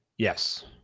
Yes